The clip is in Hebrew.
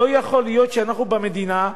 לא יכול להיות שאנחנו במדינה,